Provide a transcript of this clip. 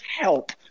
help